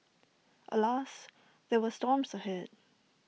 alas there were storms ahead